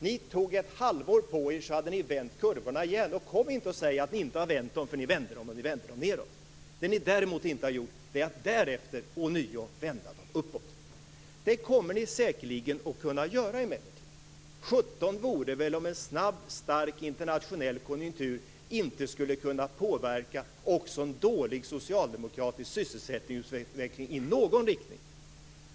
Ni tog ett halvår på er, och sedan hade ni vänt kurvorna igen. Och kom inte och säg att ni inte har vänt dem, för ni vände dem och ni vände dem nedåt. Det ni däremot inte har gjort är att därefter ånyo vända dem uppåt. Det kommer ni emellertid säkerligen att kunna göra. Det vore väl sjutton om en snabb, stark internationell konjunktur inte skulle kunna påverka också en dålig socialdemokratisk sysselsättningsutveckling i någon riktning.